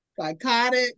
psychotic